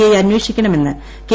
I അന്വേഷിക്കണമെന്ന് K